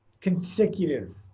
consecutive